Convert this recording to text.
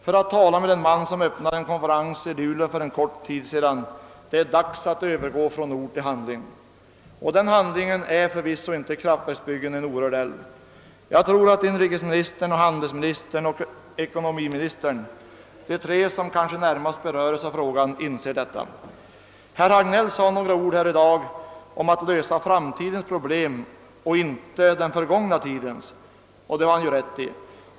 För att tala med den man som öppnade en konferens i Luleå för en kort tid sedan: »Det är dags att övergå från ord till handling.» Denna handling är förvisso inte kraftverksbyggen i en orörd älv. Jag tror att inrikesministern, handelsministern och ekonomiministern — de tre som kanske närmast berörs av frågan — inser detta. Herr Hagnell sade några ord här i dag om att lösa framtidens problem och inte den gångna tidens. Det har han rätt i.